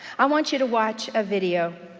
i want you to watch a video.